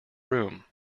room